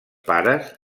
pares